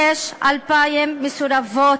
יש 2,000 מסורבות,